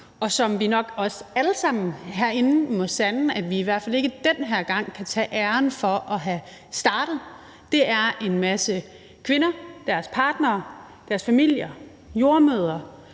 og som vi nok også alle sammen herinde må sande at vi i hvert fald ikke den her gang kan tage æren for at have startet. For der er en masse kvinder, deres partnere, deres familier, jordemødre,